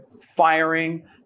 firing